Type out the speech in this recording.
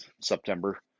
September